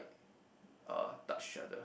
uh touch each other